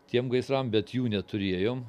tiem gaisram bet jų neturėjom